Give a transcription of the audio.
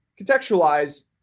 contextualize